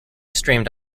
streamed